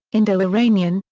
indo-iranian,